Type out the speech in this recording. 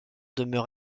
demeure